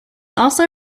also